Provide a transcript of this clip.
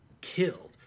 killed